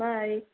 bye